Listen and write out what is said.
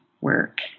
work